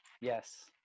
yes